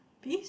peas